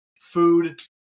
food